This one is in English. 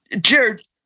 Jared